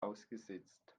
ausgesetzt